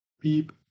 beep